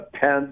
Pence